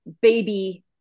baby